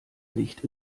nicht